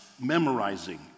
memorizing